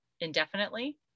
indefinitely